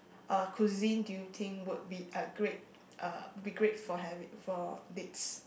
uh cuisine do you think would be a great uh would be great for having for dates